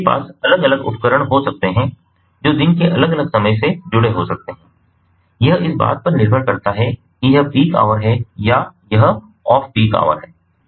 तो उनके पास अलग अलग उपकरण हो सकते हैं जो दिन के अलग अलग समय से जुड़े हो सकते हैं यह इस बात पर निर्भर करता है कि यह पीक आवर है या यह ऑफ पीक आवर है